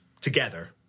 together